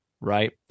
right